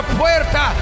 puerta